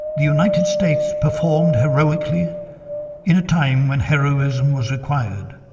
united states performed heroically in a time when heroism was required